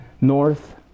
north